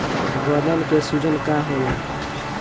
गदन के सूजन का होला?